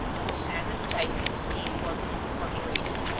hosanna pipe and steam organ incorporated,